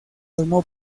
formó